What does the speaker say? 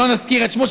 לא נזכיר את שמו,